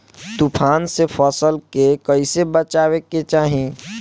तुफान से फसल के कइसे बचावे के चाहीं?